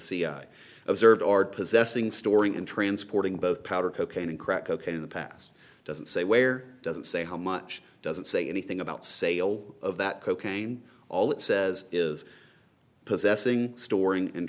cia observed possessing storing and transporting both powder cocaine and crack cocaine in the past doesn't say where doesn't say how much doesn't say anything about sale of that cocaine all it says is possessing storing and